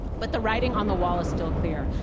but the writing on the wall is still clear,